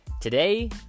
Today